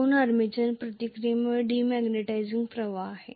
2 armature प्रतिक्रियामुळे demagnetising प्रभाव आहे